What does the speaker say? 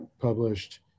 published